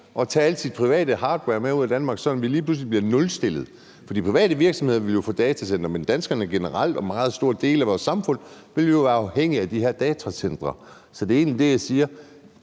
og tage al sin private hardware med ud af Danmark, sådan at vi lige pludselig bliver nulstillet? For private virksomheder ville jo få datacentre, men danskerne generelt og en meget stor del af vores samfund ville jo være afhængige af de her datacentre. Så det er egentlig det, jeg siger: